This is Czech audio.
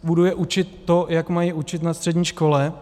Budu je učit to, jak mají učit na střední škole.